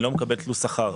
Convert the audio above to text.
אני לא מקבל תלוש שכר,